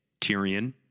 Tyrion